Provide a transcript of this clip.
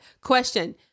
question